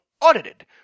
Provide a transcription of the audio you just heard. audited